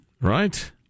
Right